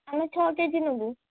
ଆମେ ଛଅ କେଜି ନେବୁ